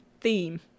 theme